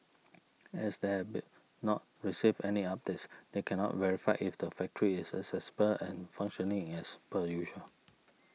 as they be not received any updates they cannot verify if the factory is accessible and functioning as per usual